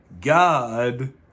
God